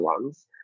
lungs